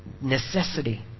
necessity